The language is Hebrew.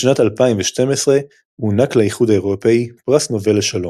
בשנת 2012 הוענק לאיחוד האירופי פרס נובל לשלום.